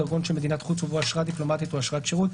דרכון של מדינת חוץ ובו אשרה דיפלומטית או אשרת שירות,